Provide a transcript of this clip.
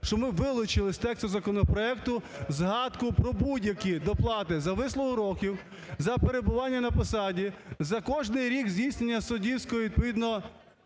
що ми вилучили з тексту законопроекту згадку про будь-які доплати: за вислугу років, за перебування на посаді, за кожний рік здійснення суддівських відповідно